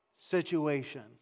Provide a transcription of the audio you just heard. situation